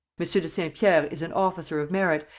monsieur de saint-pierre is an officer of merit,